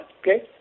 okay